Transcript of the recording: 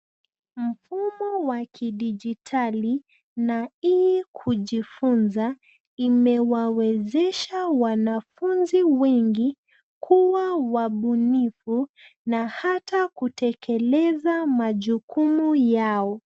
Mfumo wa kidijitali na hii kujifunza, imewawezesha wanafunzi wengi, kuwa wabunifu na hata kutekeleza majukumu yao.